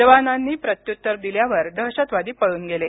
जवानांनी प्रत्युत्तर दिल्यावर दहशतवादी पळून गेले